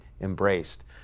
embraced